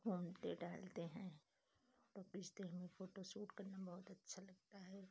घूमते टहलते हैं फ़ोटो खींचते हुए फ़ोटोशूट करना बहुत अच्छा लगता है